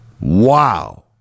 Wow